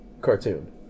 cartoon